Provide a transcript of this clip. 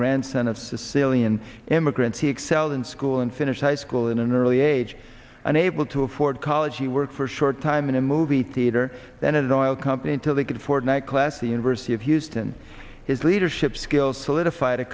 grandson of sicilian immigrants he excelled in school and finished high school in an early age unable to afford college he worked for a short time in a movie theater then a loyal company until they could afford a night class the university of houston his leadership skills solidif